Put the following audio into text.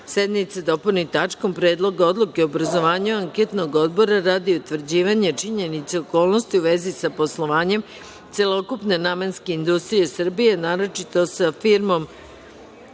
sednice dopuni tačkom – Predlog odluke o obrazovanju anketnog odbora radi utvrđivanja činjenica i okolnosti u vezi sa poslovanjem celokupne namenske industrije Srbije, naročito sa firmom